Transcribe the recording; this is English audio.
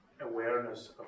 awareness